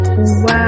Wow